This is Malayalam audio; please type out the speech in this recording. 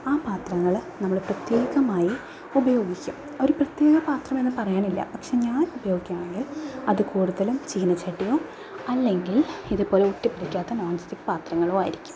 ആ പത്രങ്ങൾ നമ്മൾ പ്രത്യേകമായി ഉപയോഗിക്കുക ഒരു പ്രത്യേക പാത്രമെന്ന് പറയാനില്ല പക്ഷെ ഞാൻ ഉപയോഗിക്കണേൽ അത് കൂടുതലും ചീനച്ചട്ടിയോ അല്ലെങ്കിൽ ഇതുപോലെ ഒട്ടി പിടിക്കാത്ത നോൺ സ്റ്റിക്ക് പത്രങ്ങളോ ആയിരിക്കും